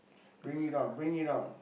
bring it on bring it on